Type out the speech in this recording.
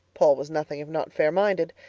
paul was nothing if not fair-minded.